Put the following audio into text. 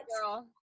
girl